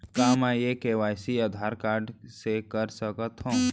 का मैं KYC Aadhaar card से कर सकत हो?